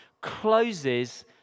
closes